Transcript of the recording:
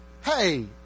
Hey